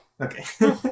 Okay